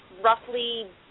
roughly